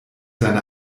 seine